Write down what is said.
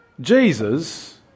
Jesus